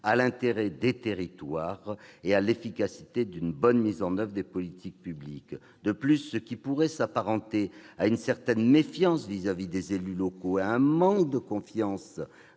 à l'intérêt des territoires et à l'efficacité d'une bonne mise en oeuvre des politiques publiques. De plus, ce qui pourrait s'apparenter à une méfiance envers les élus locaux, à un manque de confiance